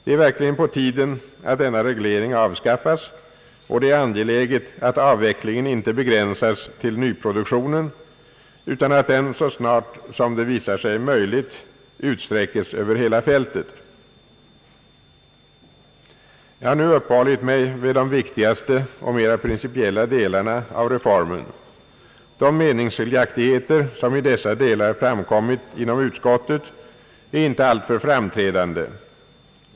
Det är verkligen på tiden att denna reglering avskaffas, och det är angeläget att avvecklingen inte begränsas till nyproduktionen utan att den så snart det visar sig möjligt utsträckes att gälla över hela fältet. Jag har nu uppehållit mig vid de viktigaste och mera principiella delarna av reformen. De meningsskiljaktigheter, som i dessa delar framkommit inom utskottet, är inte alltför framträdande.